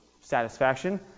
satisfaction